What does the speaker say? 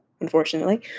unfortunately